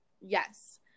yes